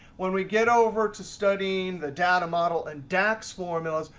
when we get over to studying the data model and dax formulas,